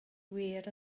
wir